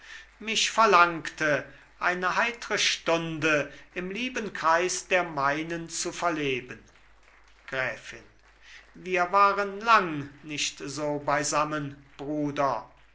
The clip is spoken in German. mich verlangte eine heitre stunde im lieben kreis der meinen zu verleben gräfin wir waren lang nicht so beisammen bruder